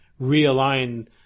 realign